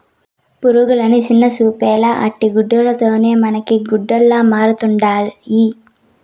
పురుగులని చిన్నచూపేలా ఆటి గూల్ల తోనే మనకి గుడ్డలమరుతండాయి